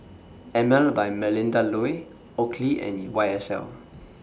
Emel By Melinda Looi Oakley and Y S L